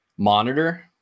monitor